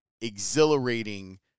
exhilarating